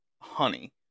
honey